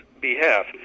behalf